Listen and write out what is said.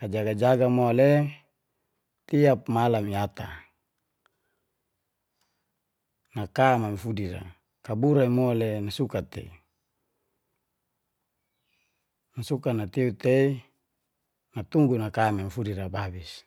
kajaga-jaga mole tiap malam i ata, naka mami fudi ra. Kabura i mole nasuka tei, nasuka natiu tei. Natunggu nai kami naka fudu ra ababis.